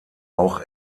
auch